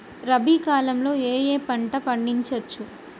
రబీ కాలంలో ఏ ఏ పంట పండించచ్చు?